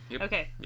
Okay